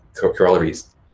corollaries